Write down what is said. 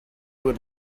would